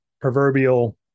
proverbial